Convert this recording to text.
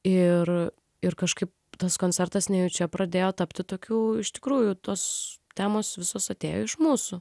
ir ir kažkaip tas koncertas nejučia pradėjo tapti tokių iš tikrųjų tos temos visos atėjo iš mūsų